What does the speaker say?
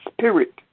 spirit